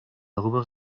darüber